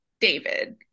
david